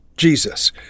Jesus